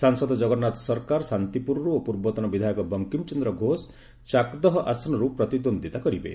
ସାଂସଦ ଜଗନ୍ନାଥ ସରକାର ଶାନ୍ତିପୁରରୁ ଓ ପୂର୍ବତନ ବିଧାୟକ ବଙ୍କିମ ଚନ୍ଦ୍ର ଘୋଷ ଚାକଦହ ଆସନରୁ ପ୍ରତିଦ୍ୱନ୍ଦ୍ୱିତା କରିବେ